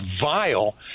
vile